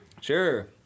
Sure